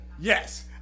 yes